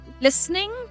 listening